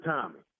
Tommy